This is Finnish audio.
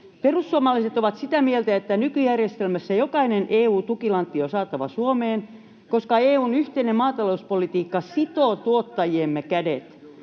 Perussuomalaiset ovat sitä mieltä, että nykyjärjestelmässä jokainen EU-tukilantti on saatava Suomeen, koska EU:n yhteinen maatalouspolitiikka sitoo tuottajiemme kädet.